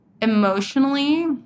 emotionally